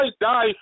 die